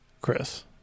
Chris